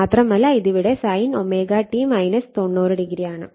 മാത്രമല്ല ഇവിടെ ഇത് sin ω t 90o ആണ്